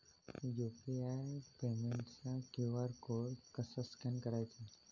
UPI पेमेंटचा QR code कसा scan करायचा?